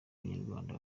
banyarwanda